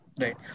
Right